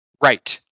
Right